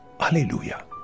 Hallelujah